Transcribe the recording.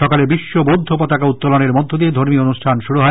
সকালে বিশ্ববৌদ্ধ পতাকা উত্তোলনের মধ্য দিয়ে ধর্মীয় অনুষ্ঠান শুরু হয়